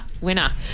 winner